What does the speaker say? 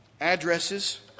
addresses